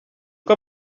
uko